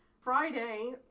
Friday